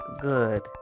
good